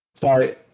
sorry